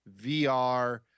VR